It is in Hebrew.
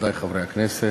נכבדי חברי הכנסת,